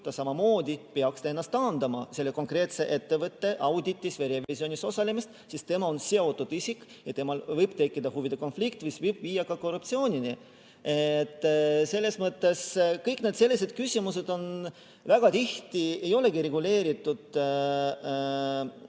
samamoodi peaks ta ennast taandama selle konkreetse ettevõtte auditis või revisjonis osalemisest, sest tema on seotud isik ja temal võib tekkida huvide konflikt, mis võib viia ka korruptsioonini. Selles mõttes kõik sellised küsimused väga tihti ei olegi reguleeritud